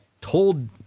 told